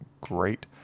great